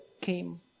came